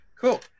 Cool